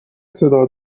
صدا